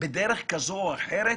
בדרך כזו או אחרת